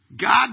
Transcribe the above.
God